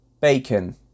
bacon